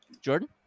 Jordan